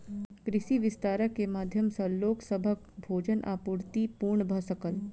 कृषि विस्तार के माध्यम सॅ लोक सभक भोजन आपूर्ति पूर्ण भ सकल